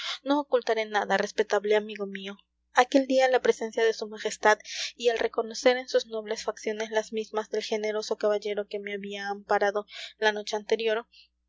no ocultaré nada respetable amigo mío aquel día la presencia de su majestad y el reconocer en sus nobles facciones las mismas del generoso caballero que me había amparado la noche anterior